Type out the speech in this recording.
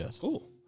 Cool